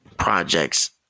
projects